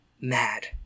mad